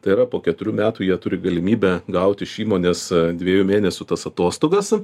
tai yra po keturių metų jie turi galimybę gaut iš įmonės dviejų mėnesių tas atostogas